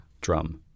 Drum